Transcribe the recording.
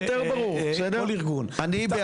כל ארגון,